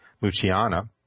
Luciana